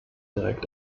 direkt